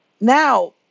now